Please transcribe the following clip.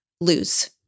lose